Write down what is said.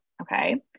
okay